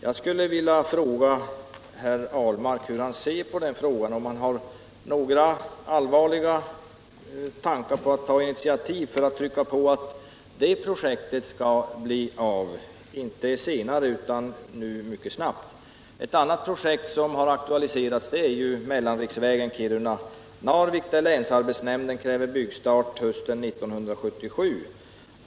Jag skulle vilja fråga herr Ahlmark hur han ser på den frågan och om han har några allvarliga tankar på att ta initiativ för att trycka på så att det projektet skall bli av — inte senare utan nu mycket snabbt. Ett annat projekt som har aktualiserats är mellanriksvägen Kiruna Narvik, där länsarbetsnämnden kräver byggstart hösten 1977.